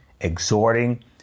exhorting